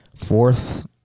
Fourth